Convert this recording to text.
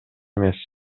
эмес